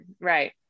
Right